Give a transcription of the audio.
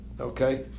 okay